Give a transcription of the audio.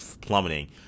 plummeting